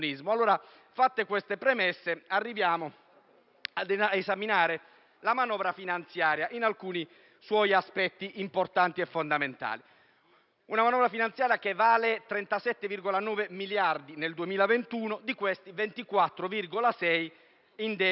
Fatte queste premesse, arriviamo a esaminare la manovra di bilancio in alcuni suoi aspetti importanti e fondamentali. La manovra al nostro esame vale 37,9 miliardi nel 2021, di cui 24,6 in *deficit*.